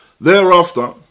Thereafter